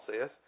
says